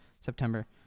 September